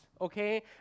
okay